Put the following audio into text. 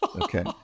okay